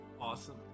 Awesome